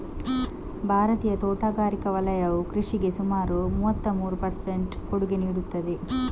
ಭಾರತೀಯ ತೋಟಗಾರಿಕಾ ವಲಯವು ಕೃಷಿಗೆ ಸುಮಾರು ಮೂವತ್ತಮೂರು ಪರ್ ಸೆಂಟ್ ಕೊಡುಗೆ ನೀಡುತ್ತದೆ